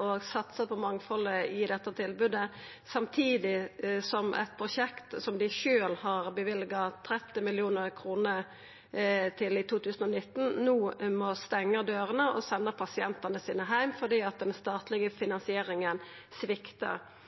og på mangfaldet i dette tilbodet samtidig som eit prosjekt som dei sjølve har løyvd 30 mill. kr til i 2019, no må stengja dørene og senda pasientane sine heim fordi den statlege